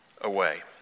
away